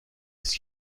است